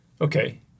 Okay